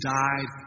died